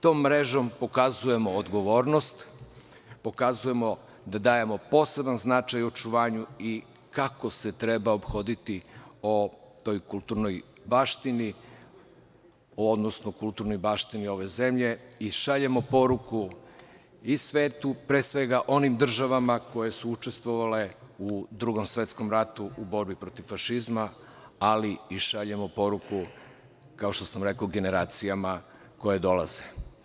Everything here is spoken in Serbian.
Tom mrežom pokazujemo odgovornost, pokazujemo da dajemo poseban značaj u očuvanju i kako se treba ophoditi o toj kulturnoj baštini, odnosno kulturnoj baštini ove zemlje i šaljemo poruku i svetu, pre svega, onim državama koje su učestvovale u Drugom svetskom ratu u borbi protiv fašizma, ali i šaljemo poruku, kao što sam rekao generacijama koje dolaze.